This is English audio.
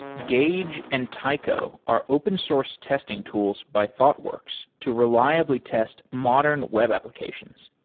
gauge and taiko are open source testing tools by thoughtworks to reliably test modern web applications.